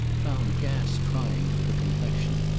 found gas trying to her complexion,